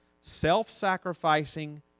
Self-sacrificing